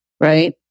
right